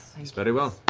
very well.